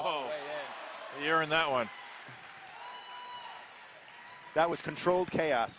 oh you're in that one that was controlled chaos